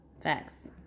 Facts